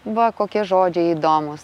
va kokie žodžiai įdomūs